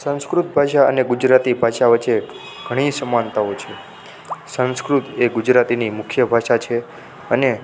સંસ્કૃત ભાષા અને ગુજરાતી ભાષા વચ્ચે ઘણી સમાનતાઓ છે સંસ્કૃત એ ગુજરાતીની મુખ્ય ભાષા છે અને